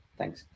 thanks